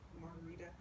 margarita